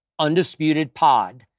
UndisputedPod